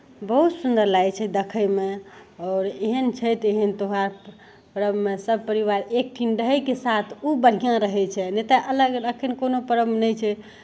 बहुत सुन्दर लागै छै देखयमे आओर एहन छठि एहन त्यौहार तऽ पर्वमे सभ परिवार एकठिन रहयके साथ ओ बढ़िआँ रहै छै नहि तऽ अलग एखन कोनो पर्व नहि छै